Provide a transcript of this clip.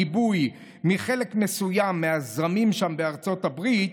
גיבוי מחלק מסוים מהזרמים שם, בארצות הברית,